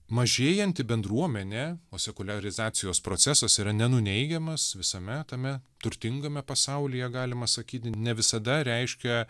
mažėjanti bendruomenė o sekuliarizacijos procesas yra nenuneigiamas visame tame turtingame pasaulyje galima sakyti ne visada reiškia